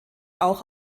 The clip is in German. auch